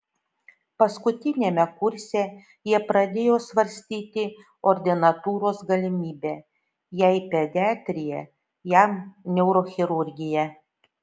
paskutiniame kurse jie pradėjo svarstyti ordinatūros galimybę jai pediatrija jam neurochirurgija